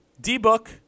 D-Book